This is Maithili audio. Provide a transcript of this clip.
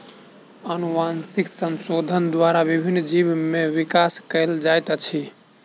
अनुवांशिक संशोधन द्वारा विभिन्न जीव में विकास कयल जाइत अछि